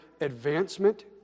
advancement